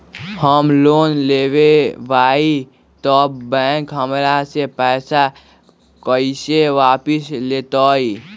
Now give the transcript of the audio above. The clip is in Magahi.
हम लोन लेलेबाई तब बैंक हमरा से पैसा कइसे वापिस लेतई?